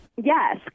Yes